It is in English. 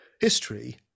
history